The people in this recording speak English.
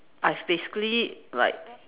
I basically like